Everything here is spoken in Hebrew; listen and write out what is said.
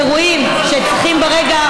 אירועים שצריכים ברגע,